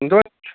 শুনতে পাচ্ছো